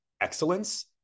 excellence